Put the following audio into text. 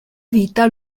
vita